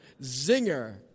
Zinger